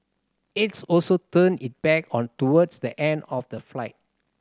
aides also turned it back on toward the end of the flight